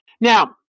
Now